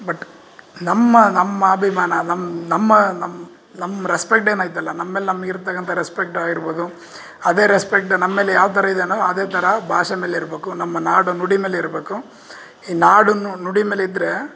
but ನಮ್ಮ ನಮ್ಮ ಅಭಿಮಾನ ನಮ್ಮ ನಮ್ಮ ನಮ್ಮ ನಮ್ಮ ರೆಸ್ಪೆಕ್ಟ್ ಏನೈಯ್ತಲ್ಲ ನಮ್ಮಮೇಲೆ ನಮಗಿರ್ತಕ್ಕಂಥ ರೆಸ್ಪೆಕ್ಟ್ ಆಗಿರ್ಬೋದು ಅದೇ ರೆಸ್ಪೆಕ್ಟ್ ನಮ್ಮಮೇಲೆ ಯಾವ ಥರ ಇದೆಯೋ ಅದೇ ಥರ ಭಾಷೆ ಮೇಲೆ ಇರ್ಬೋಕು ನಮ್ಮ ನಾಡ ನುಡಿಮೇಲೆ ಇರಬೇಕು ಈ ನಾಡು ನುಡಿಮೇಲೆ ಇದ್ರೆ